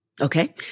Okay